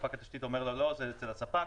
ספק התשתית אומר לו שזה אצל הספק,